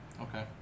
Okay